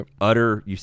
utter